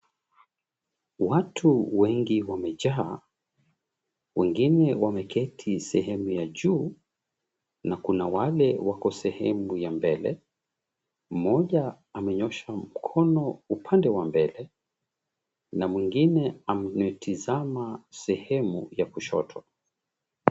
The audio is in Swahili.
Watu wengi wamejaa. Wengine wameketi sehemu ya juu na kuna wale wako sehemu ya mbele. Mmoja amenyosha mkono upande wa mbele na mwengine anatizama sehemu ya kushoto.